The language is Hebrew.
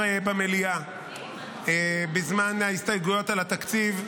במליאה בזמן ההסתייגויות על התקציב,